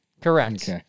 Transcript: Correct